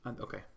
Okay